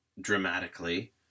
dramatically